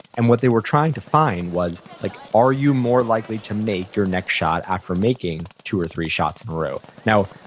and what they were trying to find was like are you more likely to make your next shot after making two or three shots in a row. now,